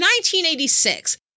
1986